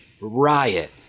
Riot